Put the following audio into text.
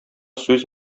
сүз